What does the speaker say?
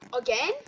again